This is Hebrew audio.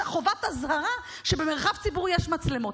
יש חובת אזהרה שבמרחב ציבורי יש מצלמות.